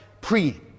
pre